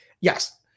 yes